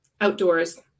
outdoors